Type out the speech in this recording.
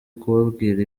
kubabwira